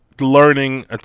learning